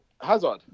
Hazard